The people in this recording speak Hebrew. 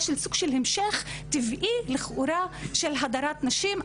של סוג של המשך טבעי לכאורה של הדרת נשים,